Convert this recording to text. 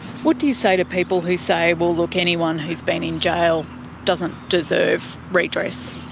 what do you say to people who say, well look, anyone who's been in jail doesn't deserve redress?